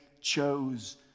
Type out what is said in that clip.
chose